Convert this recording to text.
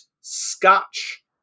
scotch